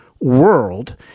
world